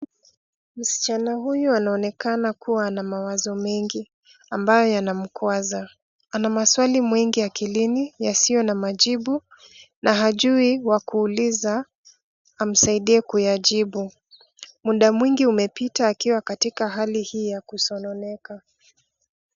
Msichana huyo anaonekana kuwa na mawazo mengi, ambayo yanamkwaza. Ana maswali mengi akilini, yasiyo na majibu, na hajui wakuuliza, amsaidie kuyajibu. Muda mwingi umepita akiwa katika hali hii ya kusononeka.